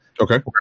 Okay